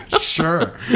Sure